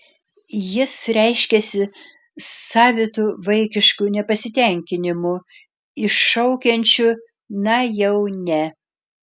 jis reiškiasi savitu vaikišku nepasitenkinimu iššaukiančiu na jau ne